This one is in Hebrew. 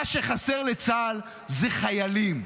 מה שחסר לצה"ל זה חיילים.